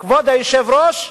כבוד היושב-ראש,